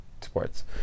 sports